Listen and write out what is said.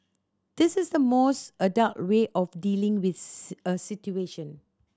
this is the most adult way of dealing with a situation